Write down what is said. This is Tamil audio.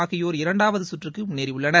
ஆகியோர் இரண்டாவது சுற்றுக்கு முன்னேறியுள்ளனர்